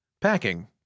Packing